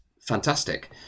fantastic